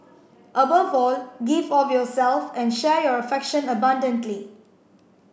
above all give of yourself and share your affection abundantly